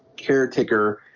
caretaker